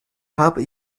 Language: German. habe